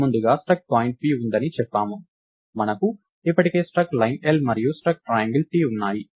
మనము ముందుగా struct point p ఉందని చెప్పాము మనకు ఇప్పటికే స్ట్రక్ట్ లైన్ L మరియు స్ట్రక్ట్ ట్రయాంగిల్ T ఉన్నాయి